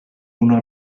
una